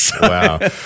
Wow